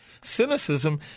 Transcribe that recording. cynicism